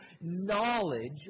knowledge